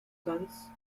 sons